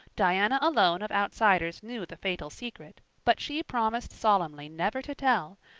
diana alone of outsiders knew the fatal secret, but she promised solemnly never to tell,